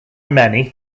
many